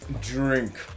Drink